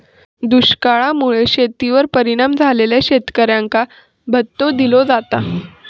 दुष्काळा मुळे शेतीवर परिणाम झालेल्या शेतकऱ्यांका भत्तो दिलो जाता